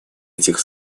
этих